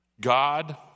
God